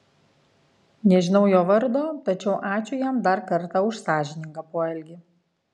nežinau jo vardo tačiau ačiū jam dar kartą už sąžiningą poelgį